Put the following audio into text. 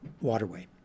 waterway